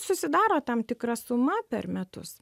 susidaro tam tikra suma per metus